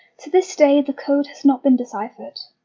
to this day, the code has not been deciphered.